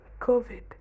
COVID